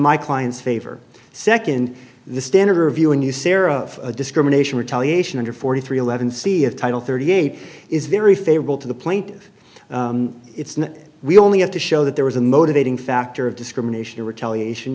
my client's favor second the standard review and you sarah of discrimination retaliation under forty three eleven see if title thirty eight is very favorable to the plaintive we only have to show that there was a motivating factor of discrimination retaliation